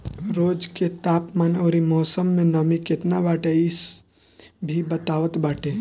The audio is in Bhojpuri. रोज के तापमान अउरी मौसम में नमी केतना बाटे इ भी बतावत बाटे